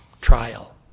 trial